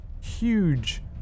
huge